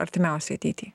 artimiausioj ateity